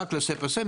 רק לסה-פסה,